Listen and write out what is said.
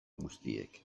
guztiek